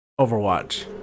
Overwatch